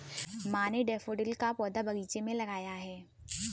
माँ ने डैफ़ोडिल का पौधा बगीचे में लगाया है